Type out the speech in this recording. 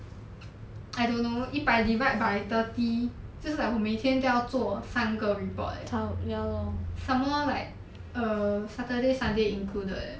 I don't know 一百 divide by thirty 就是 like 我每天都要做三个 report leh some more like err saturday sunday included leh